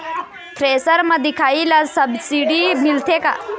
Thresher म दिखाही ला सब्सिडी मिलथे का?